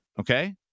Okay